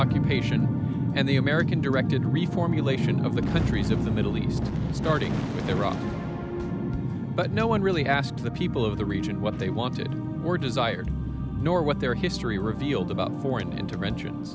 occupation and the american directed reformulation of the countries of the middle east starting with iraq but no one really asked the people of the region what they wanted or desired nor what their history revealed about foreign interventions